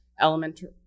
elementary